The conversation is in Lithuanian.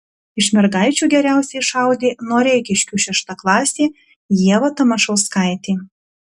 iš mergaičių geriausiai šaudė noreikiškių šeštaklasė ieva tamašauskaitė